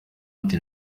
ati